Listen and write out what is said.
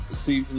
see